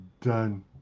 done